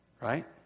right